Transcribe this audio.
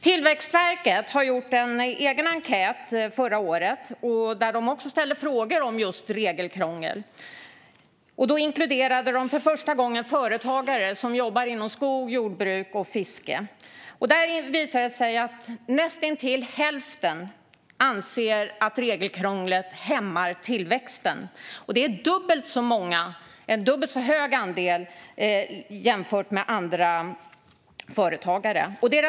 Tillväxtverket skickade ut en egen enkät förra året där frågor om regelkrångel ställdes. Tillväxtverket inkluderade för första gången företagare som jobbar inom skog, jordbruk och fiske. Det visade sig att näst intill hälften anser att regelkrånglet hämmar tillväxten. Det är en dubbelt så hög andel jämfört med andra företagare.